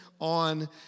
on